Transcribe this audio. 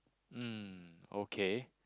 um okay